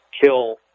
kill